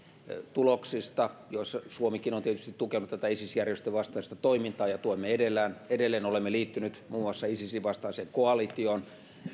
tuloksista suomikin on tietysti tukenut tätä isis järjestön vastaista toimintaa ja tuemme edelleen edelleen olemme liittyneet muun muassa isisin vastaiseen koalitioon